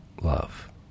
love